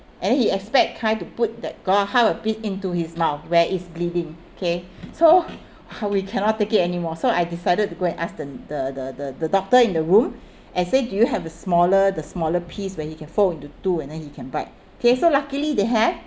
and then he expect kai to put that gauze how a bit into his mouth where it's bleeding okay so ha we cannot take it anymore so I decided to go and ask the the the the the doctor in the room and say do you have a smaller the smaller piece when you can fold into two and then you can bite okay so luckily they have